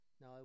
now